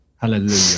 Hallelujah